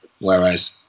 whereas